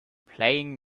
playing